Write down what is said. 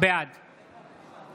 בעד